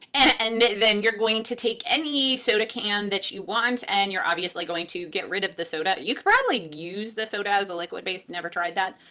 and then you're going to take any soda can that you want and you're obviously going to get rid of the soda. you could probably use the soda as a liquid base. never tried that,